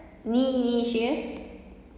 me knee sure